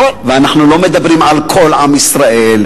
ואנחנו לא מדברים על כל עם ישראל,